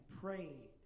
prayed